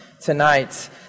tonight